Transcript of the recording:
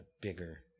bigger